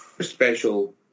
special